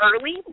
early